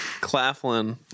Claflin